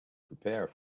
prepare